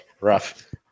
Rough